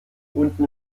unten